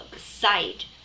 site